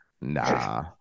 Nah